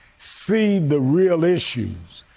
see the real issues,